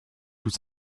tout